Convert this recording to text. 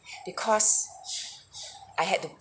because I had to